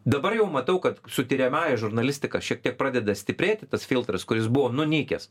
dabar jau matau kad su tiriamąja žurnalistika šiek tiek pradeda stiprėti tas filtras kuris buvo nunykęs